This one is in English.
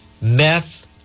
meth